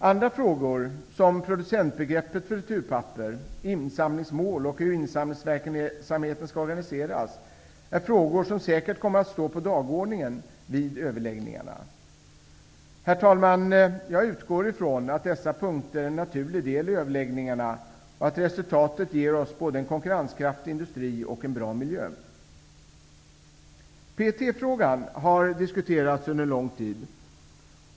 Andra frågor såsom producentbegreppet för returpapper, insamlingsmål och hur insamlingsverksamheten skall organiseras kommer säkert att stå på dagordningen vid överläggningarna. Herr talman! Jag utgår från att dessa punkter kommer att utgöra en naturlig del i överläggningarna och att resultatet kommer att ge oss både en konkurrenskraftig industri och en bra miljö. PET-frågan har diskuterats under en lång tid.